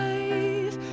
Life